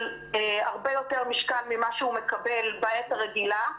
הרבה יותר משקל ממה שהוא מקבל בעת הרגילה,